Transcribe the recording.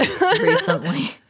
recently